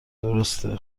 درسته